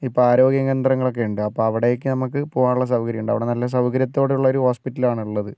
ഇപ്പോൾ ആരോഗ്യ കേന്ദ്രങ്ങളൊക്കെയുണ്ട് അപ്പോൾ അവിടേക്ക് നമുക്ക് പോവാനുള്ള സൗകര്യമുണ്ട് അവിടെ നല്ല സൗകര്യത്തോടുള്ള ഒരു ഹോസ്പിറ്റലാണ് ഉള്ളത്